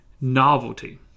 novelty